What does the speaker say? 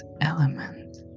element